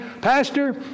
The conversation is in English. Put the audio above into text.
Pastor